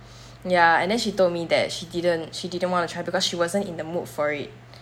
ya and then she told me that she didn't she didn't want to try because she wasn't in the mood for it